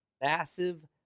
massive